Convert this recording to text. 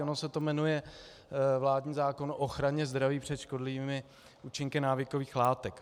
Ono se to jmenuje vládní zákon o ochraně zdraví před škodlivými účinky návykových látek.